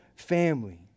family